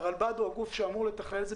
הרלב"ד הוא הגוף שאמור לתכלל את זה.